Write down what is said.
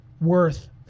worth